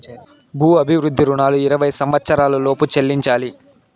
భూ అభివృద్ధి రుణాలు ఇరవై సంవచ్చరాల లోపు చెల్లించాలి